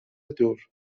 دور